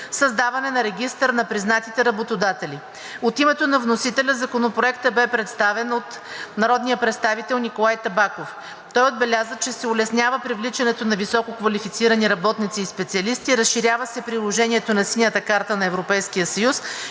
създаване на регистър на признатите работодатели. От името на вносителя Законопроектът бе представен от народния представител Николай Табаков. Той отбеляза, че се улеснява привличането на висококвалифицирани работници и специалисти, разширява се приложението на „Синята карта на Европейския съюз“